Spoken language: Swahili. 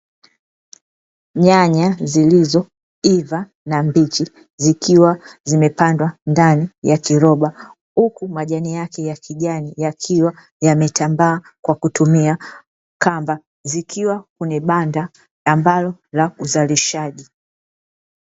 Nyanya zilizoiva na mbichi, zikiwa zimepandwa ndani ya kiroba, huku majani yake ya kijani, yakiwa yametambaa kwa kutumia kamba. Zikiwa kwenye banda ambalo la uzalishaji.